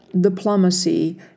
diplomacy